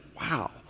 wow